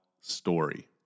story